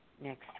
next